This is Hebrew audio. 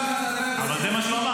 --- אנטישמים --- אבל זה מה שהוא אמר,